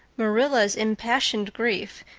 marilla's impassioned grief,